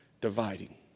dividing